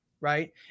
right